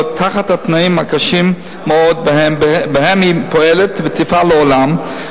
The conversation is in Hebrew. תחת התנאים הקשים מאוד שבהם היא פועלת ותפעל לעולם,